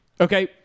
Okay